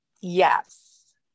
yes